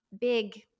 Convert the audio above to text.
big